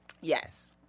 yes